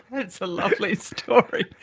that's a lovely story!